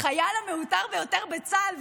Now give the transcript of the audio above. החייל המעוטר ביותר בצה"ל,